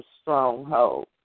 stronghold